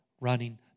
running